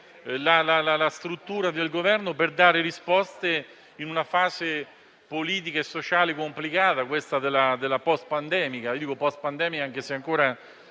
la struttura del Governo per dare risposte in una fase politica e sociale complicata, quella *post* pandemica,